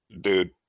dude